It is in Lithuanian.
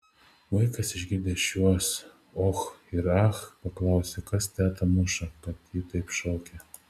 vaikas išgirdęs šiuos och ir ach paklausė kas tetą muša kad ji taip šaukia